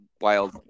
wild